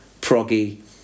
proggy